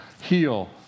heal